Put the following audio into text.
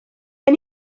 gen